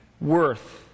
worth